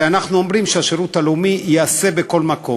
הרי אנחנו אומרים שהשירות הלאומי ייעשה בכל מקום,